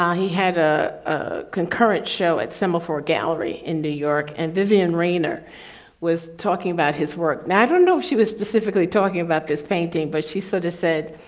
he had ah a concurrent show at semaphore gallery in new york and vivian rainer was talking about his work. now i don't know if she was specifically talking about this painting, but she sort of said,